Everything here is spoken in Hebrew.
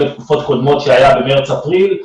לסגר שהיה בתקופות קודמות בחודשים מארס-אפריל,